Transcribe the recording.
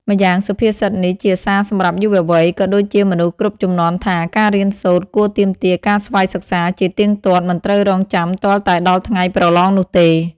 ម្យ៉ាងសុភាសិតនេះ ជាសារសម្រាប់យុវវ័យ ក៏ដូចជាមនុស្សគ្រប់ជំនាន់ថា ការរៀនសូត្រគួរទាមទារការស្វ័យសិក្សាជាទៀងទាត់មិនត្រូវរងចាំទាល់តែដល់ថ្ងៃប្រឡងនោះទេ។